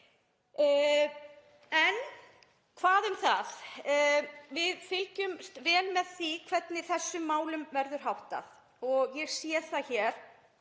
En hvað um það, við fylgjumst vel með því hvernig þessum málum verður háttað og ég sé það hér